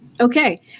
Okay